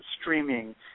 streaming